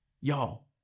Y'all